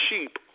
sheep